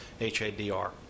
H-A-D-R